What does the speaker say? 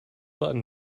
button